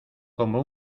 como